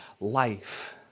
life